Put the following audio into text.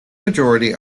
majority